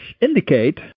indicate